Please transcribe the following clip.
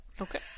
Okay